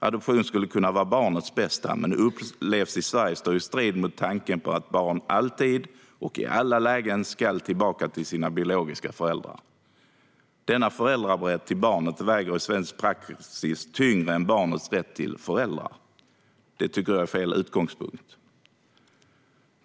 Adoption skulle kunna vara barnets bästa men upplevs i Sverige strida mot tanken att barn alltid och i alla lägen ska tillbaka till sina biologiska föräldrar. Denna föräldrarätt till barnet väger i svensk praxis tyngre än barnets rätt till föräldrar. Det tycker jag är fel utgångspunkt.